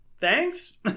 Thanks